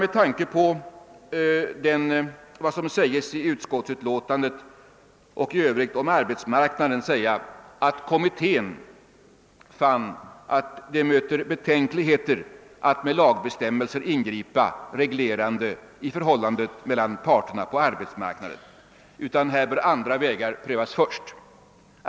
Med tanke på vad som säges i utskottsutlåtandet och i övrigt om förhållandena på arbetsmarkanden vill jag sedan säga att kommittén fann att det möter betänkligheter att ingripa med lagbestämmelser som reglerar förhållandena mellan parterna på arbetsmarknaden. Där bör andra vägar först prövas.